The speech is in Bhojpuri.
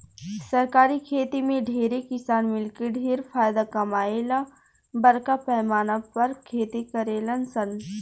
सरकारी खेती में ढेरे किसान मिलके ढेर फायदा कमाए ला बरका पैमाना पर खेती करेलन सन